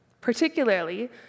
particularly